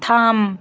থাম